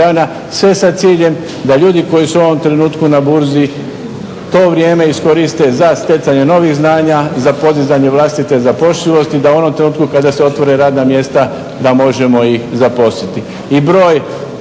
sve sa ciljem da ljudi koji su u ovom trenutku na burzi to vrijeme iskoriste za stjecanje novih znanja za podizanje vlastite zapošljivosti, da u onom trenutku kada se otvore radna mjesta da možemo ih zaposliti.